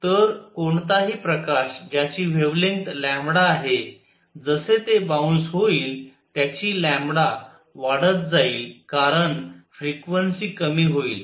तर कोणताही प्रकाश ज्याची वेव्हलेंग्थ लॅम्बडा आहे जसे ते बाऊन्स होईल त्याची वाढत जाईल कारण फ्रिक्वेन्सी कमी होईल